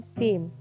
team